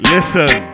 Listen